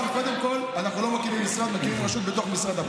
שאלת שאלה יפה.